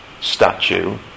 statue